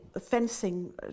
fencing